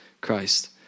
Christ